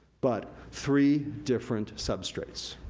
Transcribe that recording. but, three different substrates.